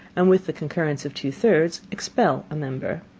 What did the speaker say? and, with the concurrence of two-thirds, expel a member.